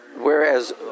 Whereas